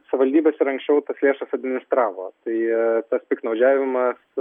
savivaldybės ir anksčiau tas lėšas administravo tai tas piktnaudžiavimas